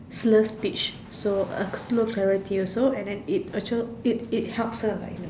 slur speech so a slow character also and then it actual it it helps her like in a